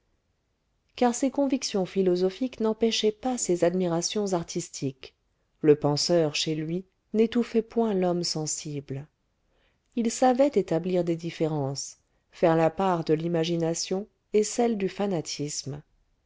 car ses convictions philosophiques n'empêchaient pas ses admirations artistiques le penseur chez lui n'étouffait point l'homme sensible il savait établir des différences faire la part de l'imagination et celle du fanatisme